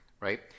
right